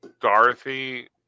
Dorothy